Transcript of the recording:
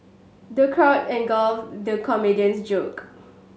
the crowd at guffawed the comedian's joke